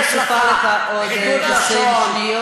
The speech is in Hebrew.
אני אומר לך: החלטה על סיום הכיבוש,